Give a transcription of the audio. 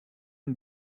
une